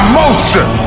motion